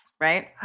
right